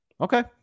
Okay